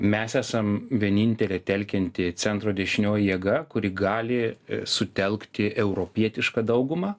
mes esam vienintelė telkianti centro dešinioji jėga kuri gali sutelkti europietišką daugumą